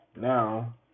now